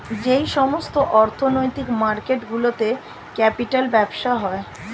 যেই সমস্ত অর্থনৈতিক মার্কেট গুলোতে ক্যাপিটাল ব্যবসা হয়